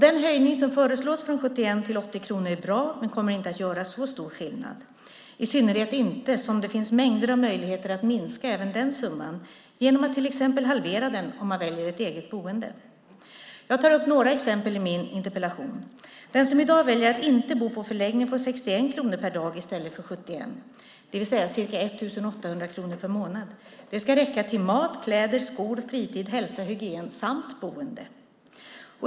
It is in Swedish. Den höjning från 71 till 80 kronor som föreslås är bra, men den kommer inte att göra så stor skillnad, i synnerhet inte som det finns mängder av möjligheter att minska även den summan genom att till exempel halvera den om man väljer ett eget boende. Jag tar upp några exempel i min interpellation. Den som i dag väljer att inte bo på förläggning får 61 kronor per dag i stället för 71, det vill säga ca 1 800 kronor per månad. Det ska räcka till mat, kläder, skor, fritid, hälsa, hygien samt boende.